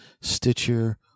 stitcher